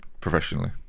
professionally